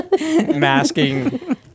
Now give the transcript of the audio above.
masking